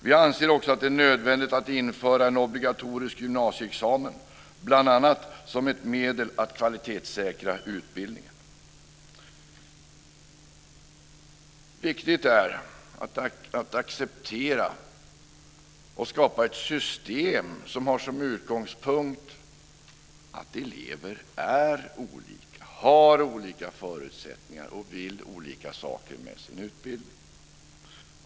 Vi anser också att det är nödvändigt att införa en obligatorisk gymnasieexamen, bl.a. som ett medel att kvalitetssäkra utbildningen. Viktigt är att acceptera och skapa ett system som har som utgångspunkt att elever är olika, har olika förutsättningar och vill olika saker med sin utbildning.